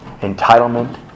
entitlement